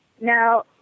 Now